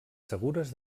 segures